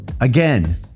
Again